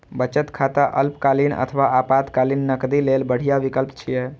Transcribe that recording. बचत खाता अल्पकालीन अथवा आपातकालीन नकदी लेल बढ़िया विकल्प छियै